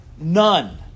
none